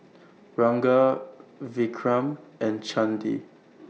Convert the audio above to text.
Ranga Vikram and Chandi